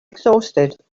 exhausted